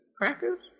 crackers